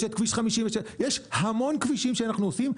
יש את כביש 55. יש המון כבישים שאנחנו עושים,